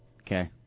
Okay